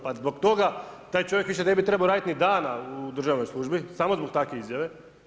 Pa zbog toga taj čovjek više ne bi trebao raditi ni dana u državnoj službi, samo zbog takve izjave.